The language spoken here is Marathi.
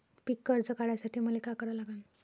पिक कर्ज काढासाठी मले का करा लागन?